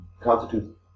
constitute